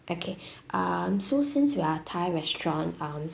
okay um so since we are thai restaurant um